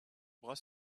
bras